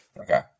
Okay